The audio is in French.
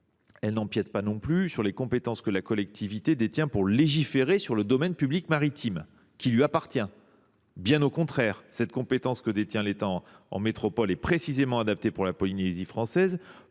n’empiète pas non plus sur les compétences que la collectivité détient pour légiférer sur le domaine public maritime qui lui appartient. Bien au contraire, la compétence que détient l’État en métropole est précisément adaptée pour la Polynésie française